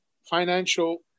financial